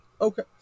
Okay